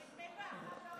למה בעוד חצי שנה?